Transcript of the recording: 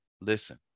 listen